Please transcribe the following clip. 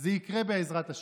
זה יקרה, בעזרת השם.